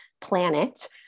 planet